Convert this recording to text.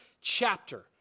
chapter